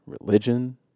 Religion